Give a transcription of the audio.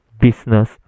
business